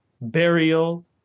burial